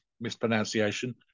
mispronunciation